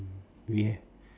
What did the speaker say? we